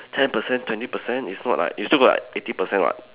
ten percent twenty percent it's not like you still got eighty percent [what]